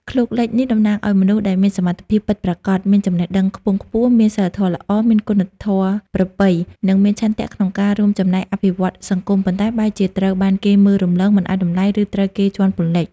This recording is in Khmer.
ឃ្លោកលិច នេះតំណាងឲ្យមនុស្សដែលមានសមត្ថភាពពិតប្រាកដ មានចំណេះដឹងខ្ពង់ខ្ពស់ មានសីលធម៌ល្អ មានគុណធម៌ប្រពៃ និងមានឆន្ទៈក្នុងការរួមចំណែកអភិវឌ្ឍសង្គម ប៉ុន្តែបែរជាត្រូវបានគេមើលរំលង មិនឲ្យតម្លៃ ឬត្រូវគេជាន់ពន្លិច។